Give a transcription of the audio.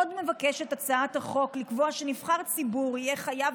עוד מבקשת הצעת החוק לקבוע שנבחר ציבור יהיה חייב